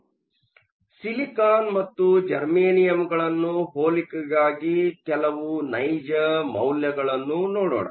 ಆದ್ದರಿಂದ ಸಿಲಿಕಾನ್ ಮತ್ತು ಜರ್ಮೇನಿಯಮ್ಗಳನ್ನು ಹೋಲಿಕೆಗಾಗಿ ಕೆಲವು ನೈಜ ಮೌಲ್ಯಗಳನ್ನು ನೋಡೋಣ